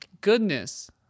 goodness